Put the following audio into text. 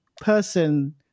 person